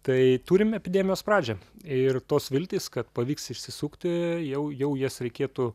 tai turim epidemijos pradžią ir tos viltys kad pavyks išsisukti jau jau jas reikėtų